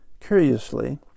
Curiously